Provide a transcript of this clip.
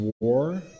war